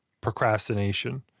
procrastination